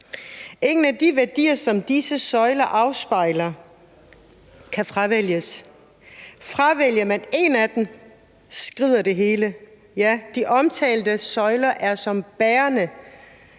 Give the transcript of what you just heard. af de værdier, som disse søjler afspejler, kan fravælges. Fravælger man en af dem, skrider det hele, ja, de omtalte søjler er som bærende